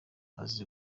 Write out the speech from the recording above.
azi